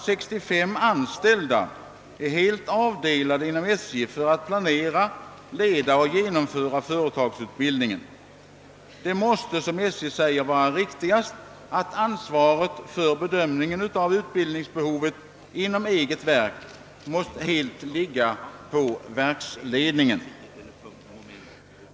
65 anställda är avdelade inom SJ för att planera, leda och genomföra företagsutbildningen. Det måste, såsom SJ säger, vara riktigast att ansvaret för bedömningen av utbildningsbehovet inom ett verk ligger hos den egna verksledningen.